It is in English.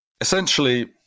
essentially